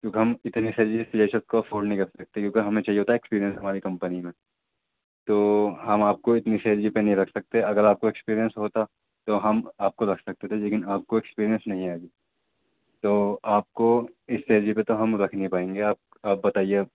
کیونکہ ہم اتنی سیلری فریشرس کو افورڈ نہیں کر سکتے کیونکہ ہمیں چاہئے ہوتا ہے ایکسپریئنس ہماری کمپنی میں تو ہم آپ کو اتنی سیلری پہ نہیں رکھ سکتے اگر آپ کو ایکسپریئنس ہوتا تو ہم آپ کو رکھ سکتے تھے لیکن آپ کو ایکسپریئنس نہیں ابھی تو آپ کو اس سیلری پہ تو ہم رکھ نہیں پائیں گے آپ آپ بتائیے اب